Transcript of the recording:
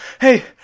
hey